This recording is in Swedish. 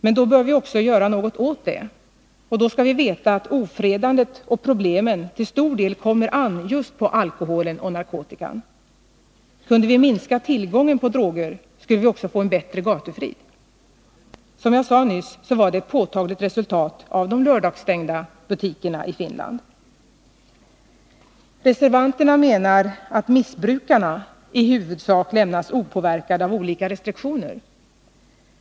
Men då bör vi också göra något åt det, och då skall vi veta att ofredandet och problemen till stor del kommer an just på alkoholen och narkotikan. Kunde vi minska tillgången på droger, skulle vi också få mer gatufrid. Som jag nyss sade var detta ett påtagligt resultat av lördagsstängningen av butikerna i Finland. Reservanterna menar att missbrukarna i huvudsak lämnas opåverkade av olika restriktioner.